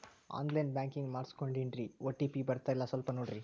on line banking ಮಾಡಿಸ್ಕೊಂಡೇನ್ರಿ OTP ಬರ್ತಾಯಿಲ್ಲ ಸ್ವಲ್ಪ ನೋಡ್ರಿ